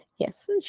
Yes